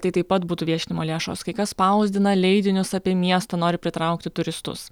tai taip pat būtų viešinimo lėšos kai kas spausdina leidinius apie miestą nori pritraukti turistus